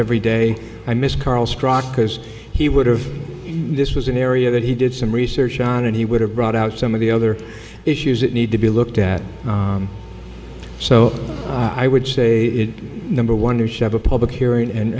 every day i miss carl strock because he would have this was an area that he did some research on and he would have brought out some of the other issues that need to be looked at so i would say number one or shove a public hearing